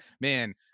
man